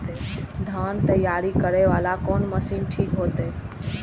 धान तैयारी करे वाला कोन मशीन ठीक होते?